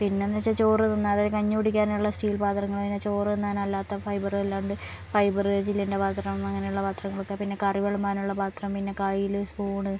പിന്നെന്ന് വെച്ചാൽ ചോറ് തിന്നാൻ അതായത് കഞ്ഞി കുടിക്കാനുള്ള സ്റ്റീൽ പാത്രങ്ങള് പിന്നെ ചോറ് തിന്നാൻ അല്ലാത്ത ഫൈബറ് അല്ലാണ്ട് ഫൈബർ ചില്ലിൻ്റെ പാത്രം അങ്ങനെയുള്ള പത്രങ്ങളൊക്കെ പിന്നെ കറി വിളമ്പാനുള്ള പാത്രം പിന്നെ കയില് സ്പൂണ്